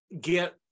get